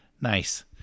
nice